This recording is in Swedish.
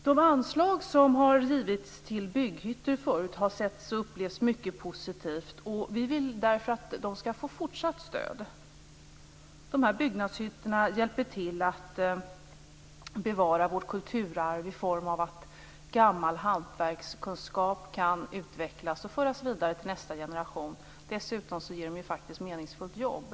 De anslag som förut har givits till bygghyttor har setts och upplevts som något mycket positivt. Miljöpartiet vill därför att bygghyttorna skall få fortsatt stöd. De hjälper till att bevara vårt kulturarv genom att gammal hantverkskunskap kan utvecklas och föras vidare till nästa generation. Dessutom ger de faktiskt meningsfulla jobb.